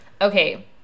okay